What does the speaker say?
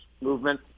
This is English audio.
movement